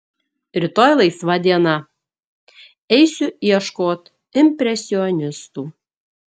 rytoj laisva diena eisiu ieškot impresionistų